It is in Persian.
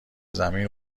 زمین